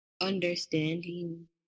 understanding